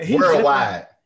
Worldwide